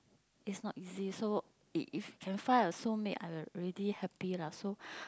is not easy so if if can find a soulmate I already happy lah so